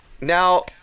Now